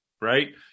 right